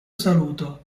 saluto